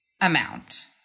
amount